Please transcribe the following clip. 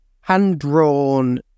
hand-drawn